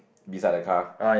beside the car